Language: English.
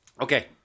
Okay